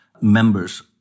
members